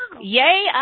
yay